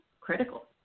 critical